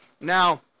now